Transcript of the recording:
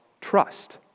trust